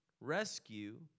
rescue